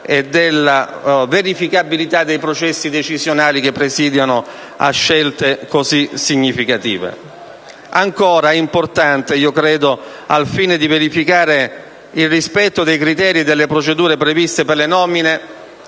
e della verificabilità dei processi decisionali che presiedono a scelte così significative. Ritengo inoltre importante, al fine di verificare il rispetto dei criteri e delle procedure previsti per le nomine,